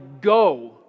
go